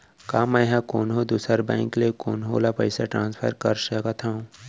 का मै हा कोनहो दुसर बैंक ले कोनहो ला पईसा ट्रांसफर कर सकत हव?